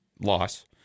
loss